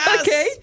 Okay